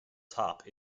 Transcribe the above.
top